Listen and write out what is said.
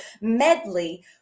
Medley